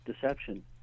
deception